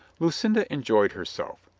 lucinda enjoyed herself.